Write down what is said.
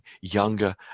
younger